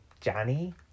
Johnny